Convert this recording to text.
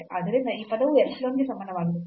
ಆದ್ದರಿಂದ ಈ ಪದವು epsilon ಗೆ ಸಮಾನವಾಗಿರುತ್ತದೆ